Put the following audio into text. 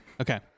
Okay